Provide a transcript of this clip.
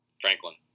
Franklin